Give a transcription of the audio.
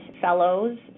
fellows